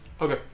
Okay